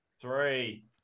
three